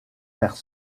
vers